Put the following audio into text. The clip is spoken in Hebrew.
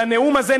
לנאום הזה.